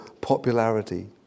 popularity